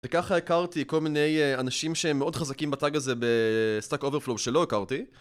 וככה הכרתי כל מיני אנשים שהם מאוד חזקים בטאג הזה בסטאק אוברפלוב שלא הכרתי